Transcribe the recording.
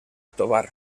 tovar